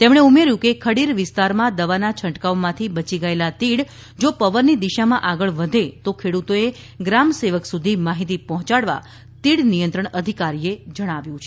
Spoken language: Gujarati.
તેમને ઉમેર્યું હતું કે ખડીર વિસ્તારમાં દવાના છંટકાવમાંથી બયી ગયેલા તીડ જો પવનની દિશામાં આગળ વધે તો ખેડૂતોએ ગ્રામસેવક સુધી માહિતી પહોંચાડવા તીડ નિયંત્રણ અધિકારીએ જણાવ્યું છે